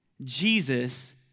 Jesus